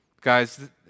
Guys